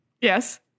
Yes